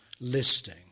listing